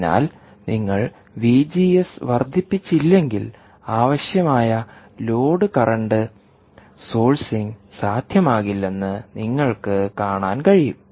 അതിനാൽ നിങ്ങൾ വിജിഎസ് വർദ്ധിപ്പിച്ചില്ലെങ്കിൽ ആവശ്യമായ ലോഡ് കറൻറ് സോഴ്സിംഗ് സാധ്യമാകില്ലെന്ന് നിങ്ങൾക്ക് കാണാൻ കഴിയും